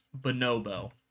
bonobo